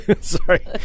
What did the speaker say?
Sorry